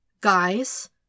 Guys